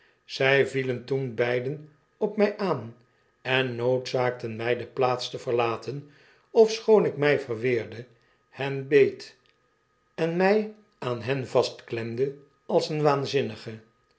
zy vielen toen beiden op mij aan en noodzaakten my de plaats te verlaten ofschoon ik my verweerde hen beet en my aan hen vastklemde als een waanzinnige